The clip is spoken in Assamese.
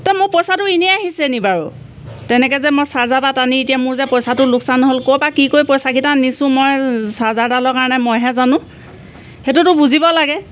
ত মোৰ পইচাটো এনেই আহিছে নি বাৰু তেনেকে যে মই চাৰ্জাৰ পাত আনি এতিয়া মোৰ যে পইচাটো লোকচান হ'ল ক'ৰ বা কি কৰি পইচাকিটা আনিছোঁ মই চাৰ্জাৰডালৰ কাৰণে মইহে জানো সেইটোতো বুজিব লাগে